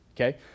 okay